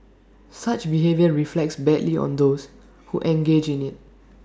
such behaviour reflects badly on those who engage in IT